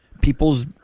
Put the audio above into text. People's